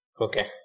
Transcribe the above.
Okay